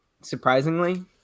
surprisingly